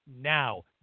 now